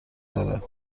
دارد